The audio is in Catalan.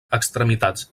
extremitats